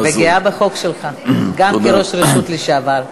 וגאה בחוק שלך, גם כראש רשות לשעבר.